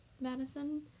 Madison